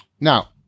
Now